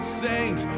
saint